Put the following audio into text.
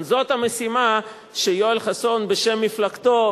זאת המשימה שיואל חסון בשם מפלגתו,